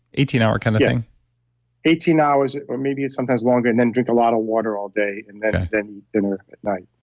eighteen hour kind of thing eighteen hours or maybe sometimes longer and then drink a lot of water all day, and then then dinner at night